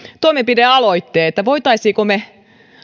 toimenpidealoitteen että voisimmeko me